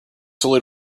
slowly